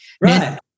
Right